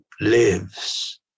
lives